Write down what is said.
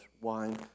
wine